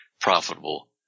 profitable